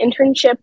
internship